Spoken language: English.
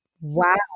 Wow